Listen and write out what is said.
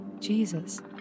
Jesus